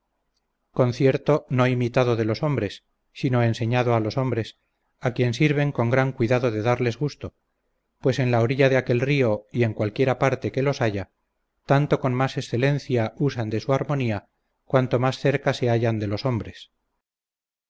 concierto no imitado de los hombres sino enseñado a los hombres a quien sirven con gran cuidado de darles gusto pues en la orilla de aquel río y en cualquiera parte que los haya tanto con más excelencia usan de su armonía cuanto más cerca se hallan de los hombres